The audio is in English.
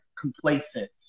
complacent